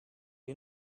you